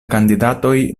kandidatoj